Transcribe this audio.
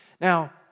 Now